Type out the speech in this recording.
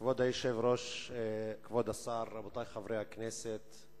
כבוד היושב-ראש, כבוד השר, רבותי חברי הכנסת,